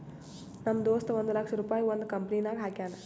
ನಮ್ ದೋಸ್ತ ಒಂದ್ ಲಕ್ಷ ರುಪಾಯಿ ಒಂದ್ ಕಂಪನಿನಾಗ್ ಹಾಕ್ಯಾನ್